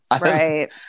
Right